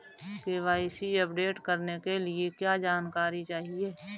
KYC update करने के लिए क्या जानकारी चाहिए?